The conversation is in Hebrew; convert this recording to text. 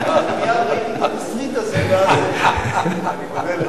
מייד ראיתי את התסריט הזה, אני מודה לך.